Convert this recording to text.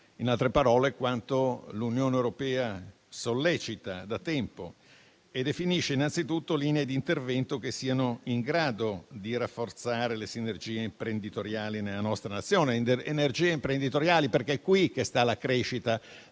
in altre parole, quanto l'Unione europea sollecita da tempo e definisce, innanzitutto, linee di intervento che siano in grado di rafforzare le sinergie imprenditoriali nella nostra Nazione. Parlo di energie imprenditoriali, perché è qui che sta la crescita